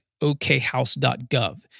OKHouse.gov